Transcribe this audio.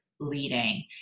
leading